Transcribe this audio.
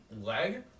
leg